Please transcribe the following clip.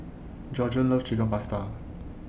Georgiann loves Chicken Pasta